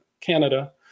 Canada